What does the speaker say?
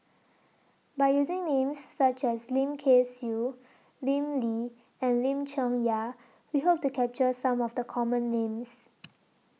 By using Names such as Lim Kay Siu Lim Lee and Lim Chong Yah We Hope to capture Some of The Common Names